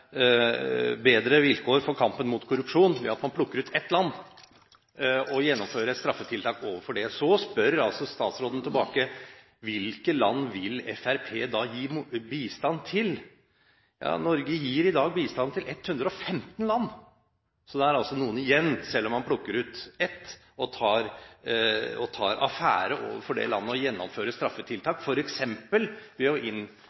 bedre vilkår for kampen mot korrupsjon: at man plukker ut ett land og gjennomfører straffetiltak overfor dette. Så spør altså statsråden tilbake: Hvilke land vil Fremskrittspartiet da gi bistand til? Norge gir i dag bistand til 115 land. Det er altså noen igjen, selv om man plukker ut ett, tar affære overfor det landet og gjennomfører straffetiltak, f.eks. ved å